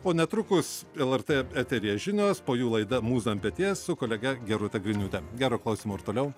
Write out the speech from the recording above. o netrukus lrt eteryje žinios po jų laida mūza ant peties su kolege gerūta griniūte gero klausymo ir toliau